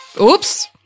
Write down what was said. oops